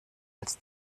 als